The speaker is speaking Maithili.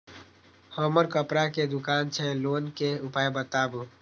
हमर कपड़ा के दुकान छै लोन के उपाय बताबू?